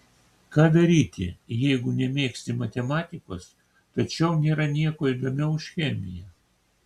ką daryti jeigu nemėgsti matematikos tačiau nėra nieko įdomiau už chemiją